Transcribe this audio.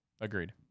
Agreed